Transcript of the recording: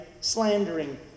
Slandering